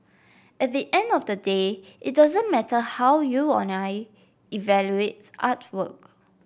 at the end of the day it doesn't matter how you or I evaluate artwork